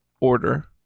order